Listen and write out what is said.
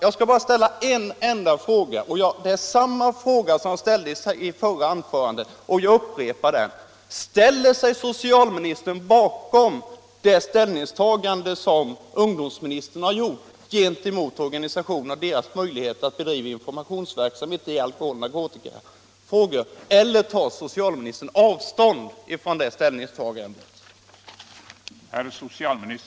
Jag skall upprepa min fråga från förra anförandet: Ställer sig socialministern bakom det uttalande som ungdomsministern gjort i fråga om organisationerna och deras möjligheter att driva informationsverksamhet när det gäller alkoholoch narkotikafrågor, eller tar socialministern avstånd från det ställningstagandet?